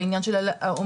בעניין של ההומופוביה,